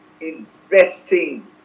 investing